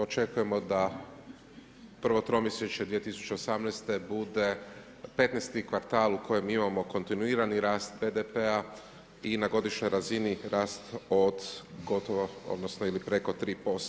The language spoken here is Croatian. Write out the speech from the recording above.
Očekujemo da prvo tromjesečje 2018. godine bude 15 kvartal u kojem imamo kontinuirani rast BDP-a i na godišnjoj razini rast od gotovo, odnosno ili preko 3%